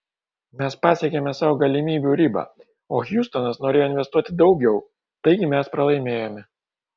mes pasiekėme savo galimybių ribą o hjustonas norėjo investuoti daugiau taigi mes pralaimėjome